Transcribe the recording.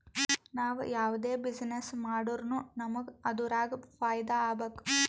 ನಾವ್ ಯಾವ್ದೇ ಬಿಸಿನ್ನೆಸ್ ಮಾಡುರ್ನು ನಮುಗ್ ಅದುರಾಗ್ ಫೈದಾ ಆಗ್ಬೇಕ